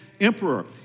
emperor